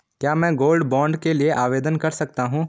क्या मैं gold bond के लिए आवेदन कर सकता हूं?